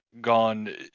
gone